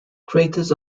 craters